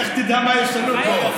לך תדע מה ישנו פה.